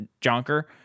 Jonker